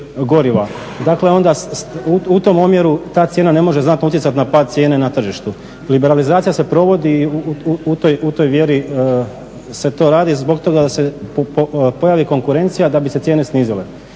goriva. Dakle, onda u tom omjeru ta cijena ne može znatno utjecati na pad cijene na tržištu. Liberalizacija se provodi u toj vjeri se to radi. Zbog toga se pojavi konkurencija da bi se cijene snizile.